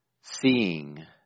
seeing